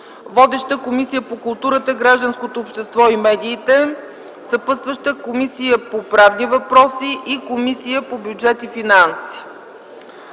Водеща е Комисията по културата, гражданското общество и медиите. Съпътстващи са Комисията по правни въпроси и Комисията по бюджет и финанси.